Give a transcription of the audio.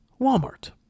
Walmart